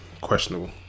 questionable